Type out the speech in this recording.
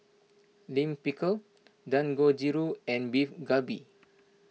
Lime Pickle Dangojiru and Beef Galbi